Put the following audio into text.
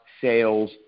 sales